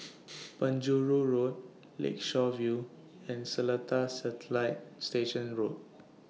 Penjuru Road Lakeshore View and Seletar Satellite Station Road